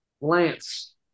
Lance